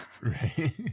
Right